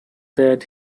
that